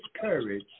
courage